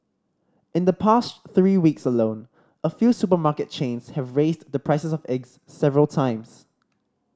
in the past three weeks alone a few supermarket chains have raised the prices of eggs several times